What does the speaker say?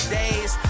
days